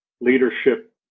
leadership